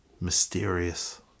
mysterious